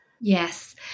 Yes